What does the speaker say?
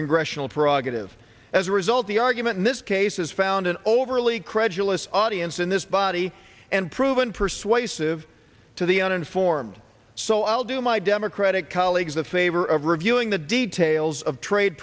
congressional prerogatives as a result the argument in this case has found an overly credulous audience in this body and proven persuasive to the uninformed so i'll do my democratic colleagues the favor of reviewing the details of trade